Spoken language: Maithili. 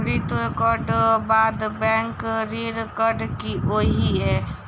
मृत्यु कऽ बाद बैंक ऋण कऽ की होइ है?